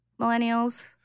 millennials